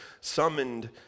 summoned